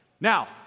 Now